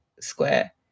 Square